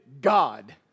god